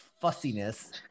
fussiness